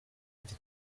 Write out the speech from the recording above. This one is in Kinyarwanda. iki